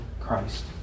Christ